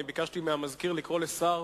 ביקשתי מהמזכיר לקרוא לשר.